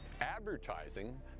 advertising